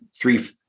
three